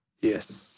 Yes